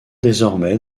désormais